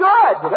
Good